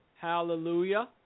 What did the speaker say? hallelujah